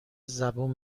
زبون